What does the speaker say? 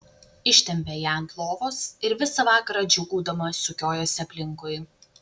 ištempė ją ant lovos ir visą vakarą džiūgaudama sukiojosi aplinkui